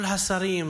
וכל השרים,